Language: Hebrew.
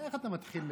איך אתה מתחיל?